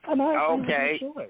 Okay